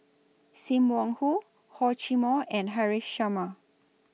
SIM Wong Hoo Hor Chim Or and Haresh Sharma